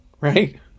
right